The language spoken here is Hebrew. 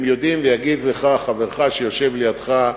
ויגיד לך חברך שיושב לידך,